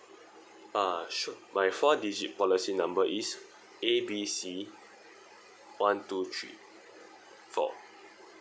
uh sure my four digit policy number is A B C one two three four